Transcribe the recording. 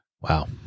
wow